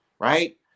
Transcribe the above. right